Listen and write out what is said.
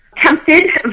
tempted